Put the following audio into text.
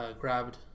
grabbed